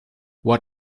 what